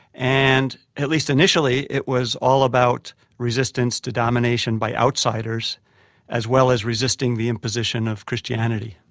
and at least initially, it was all about resistance to domination by outsiders as well as resisting the imposition of christianity.